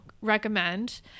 recommend